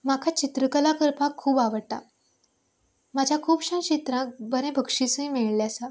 म्हाका चित्रकला करपाक खूब आवडटा म्हज्या खुबशां चित्रांक बरे बक्षीसूय मेळिल्ले आसा